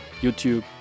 YouTube